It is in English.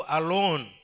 alone